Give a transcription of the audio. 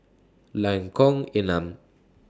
Lengkong Enam